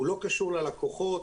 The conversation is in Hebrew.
הוא לא קשור ללקוחות.